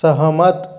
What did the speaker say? सहमत